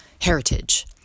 heritage